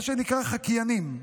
מה שנקרא "חקיינים".